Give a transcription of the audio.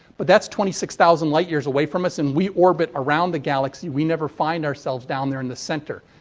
but, that's twenty six thousand lightyears away from us and we orbit around the galaxy. we never find ourselves down there in the center.